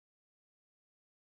yup nigger